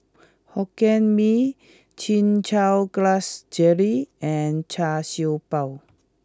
Hokkien Mee Chin Chow Grass Jelly and Char Siew Bao